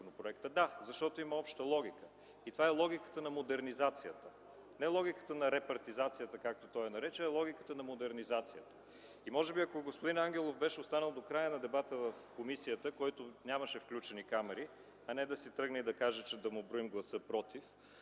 законопроекта – да, защото има обща логика. Това е логиката на модернизацията. Не логиката на репартизацията, както той я нарече, а логиката на модернизацията. Може би, ако господин Найденов беше останал до края на дебата в комисията, където нямаше включени камери, а не да си тръгне и да каже да му броим гласа „против”,